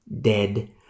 dead